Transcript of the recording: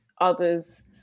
others